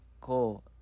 cool